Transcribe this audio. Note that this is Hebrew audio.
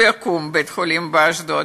יקום בית-חולים באשדוד.